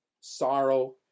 sorrow